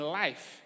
life